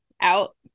out